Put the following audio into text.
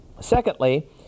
Secondly